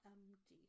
md